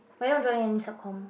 but you want join any subcomm